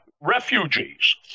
refugees